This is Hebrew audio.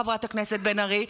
חברת הכנסת בן ארי,